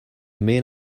main